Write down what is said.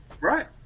Right